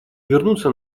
вернуться